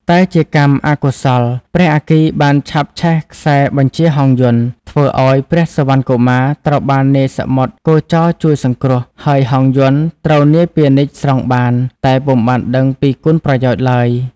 តែជាកម្មអកុសល ព្រះអគ្គីបានឆាបឆេះខ្សែបញ្ជាហង្សយន្ត ធ្វើឱ្យព្រះសុវណ្ណកុមារត្រូវបាននាយសមុទ្រគោចរជួយសង្គ្រោះ ហើយហង្សយន្តត្រូវនាយពាណិជ្ជស្រង់បាន តែពុំបានដឹងពីគុណប្រយោជន៍ឡើយ។